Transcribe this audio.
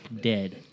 dead